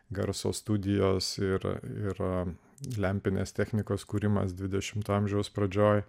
garso studijos ir yra lempinės technikos kūrimas dvidešimto amžiaus pradžioje